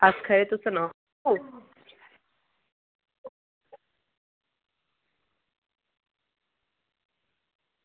आक्खा दे तुस सनाओ